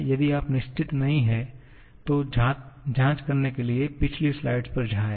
यदि आप निश्चित नहीं हैं तो जांच करने के लिए पिछली स्लाइड पर जाएं